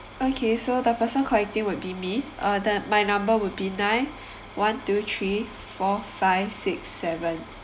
okay so the person collecting would be me uh the my number would be nine one two three four five six seven